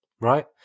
right